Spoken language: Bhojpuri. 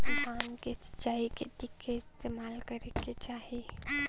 धान के सिंचाई खाती का इस्तेमाल करे के चाही?